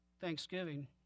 Thanksgiving